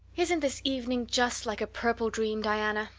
isn't this evening just like a purple dream, diana?